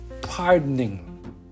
pardoning